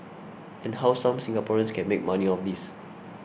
and how some Singaporeans can make money off this